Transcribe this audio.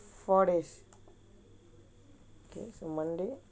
four days okay so monday